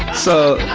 so,